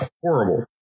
horrible